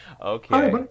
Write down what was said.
Okay